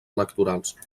electorals